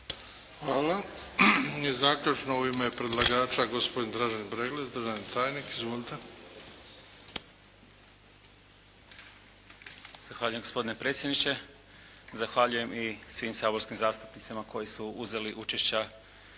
Hvala. I zaključno u ime predlagača gospodin Dražen Breglec, državni tajnik. Izvolite. **Breglec, Dražen** Zahvaljujem gospodine predsjedniče, zahvaljujem i svim saborskim zastupnicima koji su uzeli učešća